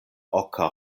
oka